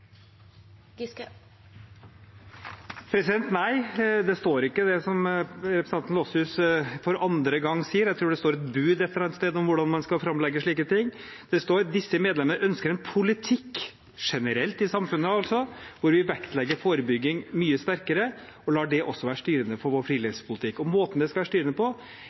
Nei, det står ikke, det representanten Lossius sier for andre gang. Jeg tror det står et bud et eller annet sted om hvordan man skal framlegge slike ting. Det står at disse medlemmer ønsker en politikk – generelt i samfunnet altså – hvor vi vektlegger forebygging mye sterkere og lar det også være styrende for vår frivillighetspolitikk. Måten det skal være styrende på,